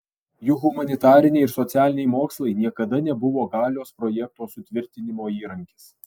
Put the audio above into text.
juk humanitariniai ir socialiniai mokslai niekada nebuvo galios projekto sutvirtinimo įrankis